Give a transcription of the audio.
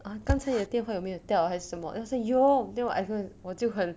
啊刚才你的电话有没有掉还是什么 I say 有 then 我就很